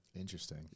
interesting